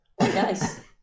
Nice